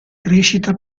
crescita